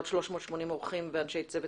עוד 380 אורחים ואנשי צוות